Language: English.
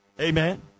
Amen